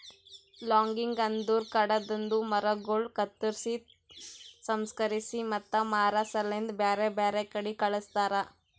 logging ಅಂದುರ್ ಕಾಡದಾಂದು ಮರಗೊಳ್ ಕತ್ತುರ್ಸಿ, ಸಂಸ್ಕರಿಸಿ ಮತ್ತ ಮಾರಾ ಸಲೆಂದ್ ಬ್ಯಾರೆ ಬ್ಯಾರೆ ಕಡಿ ಕಳಸ್ತಾರ